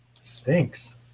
Stinks